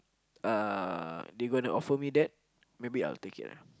uh they gonna offer me that maybe I will take it lah